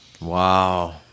Wow